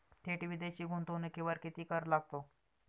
थेट विदेशी गुंतवणुकीवर किती कर लागतो?